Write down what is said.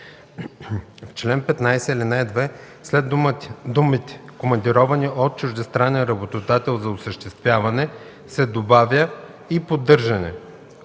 В чл. 15, ал. 2 след думите „командировани от чуждестранен работодател за осъществяване“ се добавя „и поддържане“.